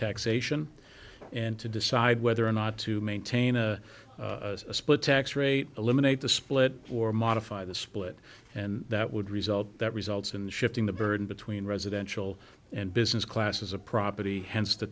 taxation and to decide whether or not to maintain a split tax rate eliminate the split or modify the split and that would result that results in shifting the burden between residential and business classes of property hence the